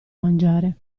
mangiare